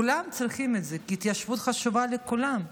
כולם צריכים את זה, כי ההתיישבות חשובה לכולם.